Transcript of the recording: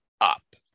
up